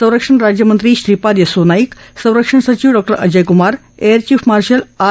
संरक्षण राज्यमंत्री श्रीपाद यस्सो नाईक संरक्षण सचिव डॉ Ajay Kumar air chief marshal R